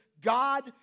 God